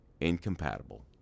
incompatible